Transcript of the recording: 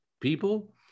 people